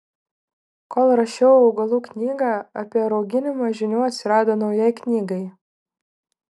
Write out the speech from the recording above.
kol rašiau augalų knygą apie rauginimą žinių atsirado naujai knygai